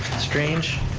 strange,